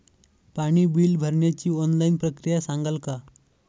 पाणी बिल भरण्याची ऑनलाईन प्रक्रिया सांगाल का?